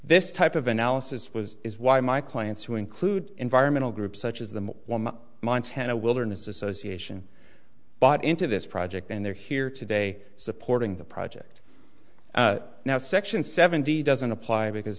this type of analysis was is why my clients who include environmental groups such as the montana wilderness association bought into this project and they're here today supporting the project now section seventy doesn't apply because